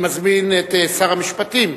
אני מזמין את שר המשפטים